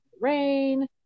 rain